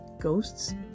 ghosts